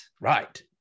Right